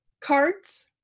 cards